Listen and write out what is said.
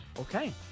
Okay